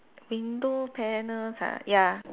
window panels ah ya